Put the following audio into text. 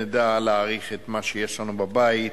נדע להעריך את מה שיש לנו בבית,